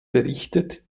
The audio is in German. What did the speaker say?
berichtet